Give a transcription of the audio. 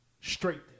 Straight